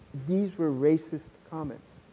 these were racist comments.